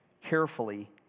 carefully